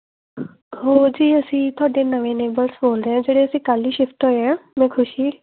ਹੋਰ ਜੀ ਅਸੀਂ ਤੁਹਾਡੇ ਨਵੇਂ ਨੇਬਰਸ ਬੋਲਦੇ ਹਾਂ ਜਿਹੜੇ ਅਸੀਂ ਕੱਲ੍ਹ ਹੀ ਸ਼ਿਫਟ ਹੋਏ ਹਾਂ ਮੈਂ ਖੁਸ਼ੀ